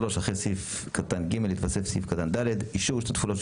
3. אחרי סעיף קטן (ג) יתווסף סעיף קטן (ד): אישור השתתפותו של